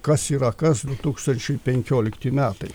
kas yra kas du tūkstančiai penkiolikti metai